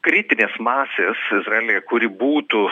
kritinės masės izraelyje kuri būtų